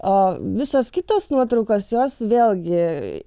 o visos kitos nuotraukos jos vėlgi